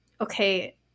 okay